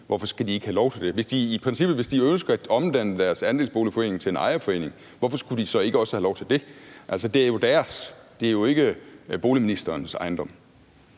hvorfor skal de så ikke have lov til det? Hvis de i princippet ønsker at omdanne deres andelsboligforening til en ejerforening, hvorfor skulle de så ikke også have lov til det? Altså, det er jo deres. Det er jo ikke boligministerens ejendom.